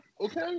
Okay